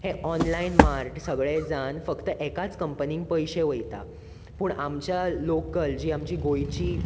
हें online mart सगळें जाण फक्त एकांच कंपनीक पयशें वयता पूण आमच्या लॉकल जी आमचीं गोंयचीं